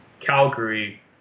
Calgary